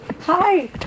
Hi